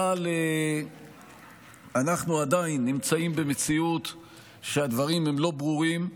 אבל אנחנו עדיין נמצאים במציאות שבה הדברים לא ברורים,